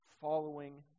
following